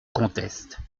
conteste